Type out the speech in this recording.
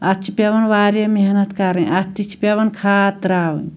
اَتھ چھِ پیٚوان واریاہ محنت کرٕنۍ اَتھ تہِ چھِ پیٚوان کھاد ترٛاوٕنۍ